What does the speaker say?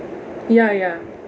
ya ya